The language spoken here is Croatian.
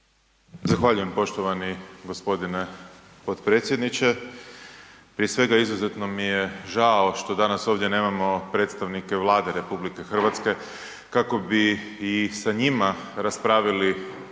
Zahvaljujem poštovani g. potpredsjedniče. Prije svega, izuzetno mi je žao što danas ovdje nemamo predstavnike Vlade RH kako bi i sa njima raspravili razloge